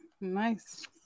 Nice